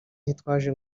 ntitwaje